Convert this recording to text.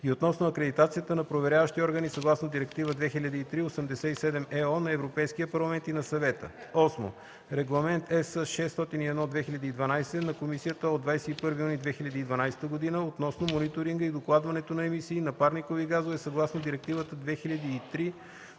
и относно акредитацията на проверяващи органи съгласно Директива 2003/87/ЕО на Европейския парламент и на Съвета; 8. Регламент (ЕС) № 601/2012 на Комисията от 21 юни 2012 г. относно мониторинга и докладването на емисиите на парникови газове съгласно Директива 2003/87/ЕО